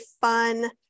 fun